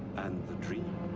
and the dream.